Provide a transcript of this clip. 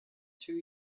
two